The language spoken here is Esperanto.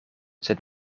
sed